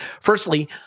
Firstly